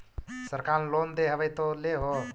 सरकार लोन दे हबै तो ले हो?